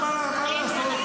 מה לעשות?